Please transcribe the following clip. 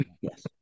yes